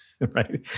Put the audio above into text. right